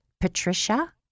Patricia